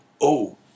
oh